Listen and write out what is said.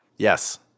Yes